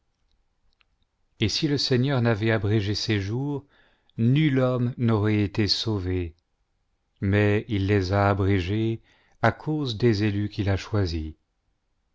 et si le seigneur n'avait abrégé ces jours nul homme n aurait été sauvé mais il les a abrégés à cause ans élus qu'il a choisis